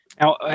Now